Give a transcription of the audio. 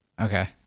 Okay